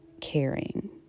caring